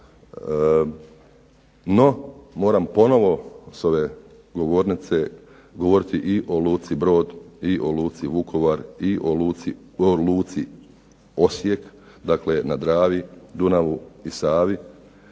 No, moram ponovno govoriti sa ove govornice o luci Brod i o luci Vukovar i o luci Osijek, dakle na Dravi, Dunavu i Savi,